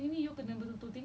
which is a bit ridiculous lah